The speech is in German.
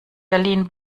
berlin